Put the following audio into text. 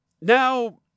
now